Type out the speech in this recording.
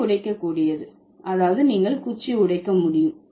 குச்சி உடைக்கக்கூடியது அதாவது நீங்கள் குச்சி உடைக்க முடியும்